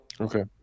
Okay